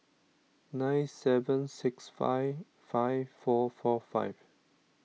nine seven six five five four four five